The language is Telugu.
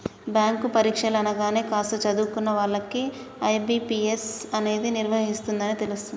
బ్యాంకు పరీక్షలు అనగానే కాస్త చదువుకున్న వాళ్ళకు ఐ.బీ.పీ.ఎస్ అనేది నిర్వహిస్తుందని తెలుస్తుంది